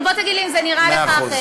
אבל בוא תגיד לי אם זה נראה לך אחרת.